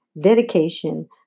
dedication